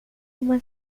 uma